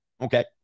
okay